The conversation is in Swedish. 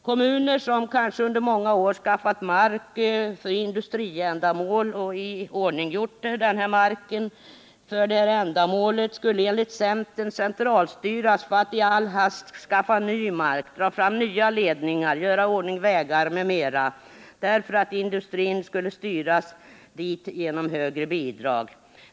Kommuner som kanske under många år skaffat mark och iordninggjort den för industriändamål skulle enligt centerns förslag centralstyras och bli tvungna att i all hast skaffa ny mark, dra fram nya ledningar, göra i ordning vägar m.m. därför att industrin skulle styras dit genom högre bidrag.